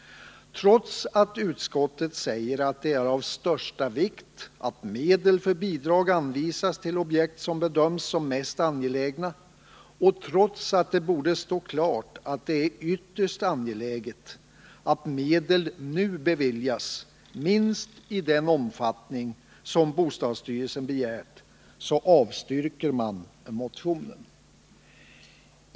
Trots att utskottet säger att det är av största vikt att medel sparande åtgärder för bidrag anvisas till objekt som bedöms som angelägna och trots att det inom bostadsbeborde stå klart att det är ytterst angeläget att medel nu beviljas minst i den — ståndet, m.m. omfattning som bostadsstyrelsen begärt, avstyrker utskottet motionen.